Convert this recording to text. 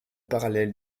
parallèle